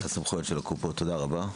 תודה רבה.